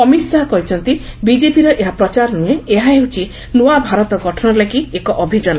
ଅମିତ୍ ଶାହା କହିଛନ୍ତି ବିଜେପିର ଏହା ପ୍ରଚାର ନୁହେଁ ଏହା ହେଉଛି ନୂଆ ଭାରତ ଗଠନ ଲାଗି ଏକ ଅଭିଯାନ